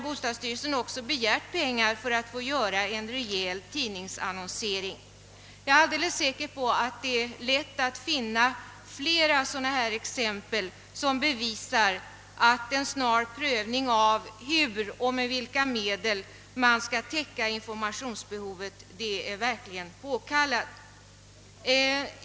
Bostadsstyrelsen har nu begärt pengar för att få göra en rejäl tidningsannonsering, och jag är säker på att det är lätt att finna flera exempel som bevisar att en snar prövning av frågan hur och med vilka medel man skall täcka informationsbehovet verkligen är påkallad.